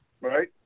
right